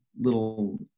little